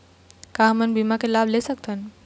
का हमन बीमा के लाभ ले सकथन?